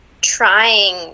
trying